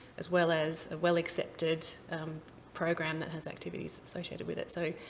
as well as a well-accepted program that has activities so with it. so,